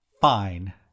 Fine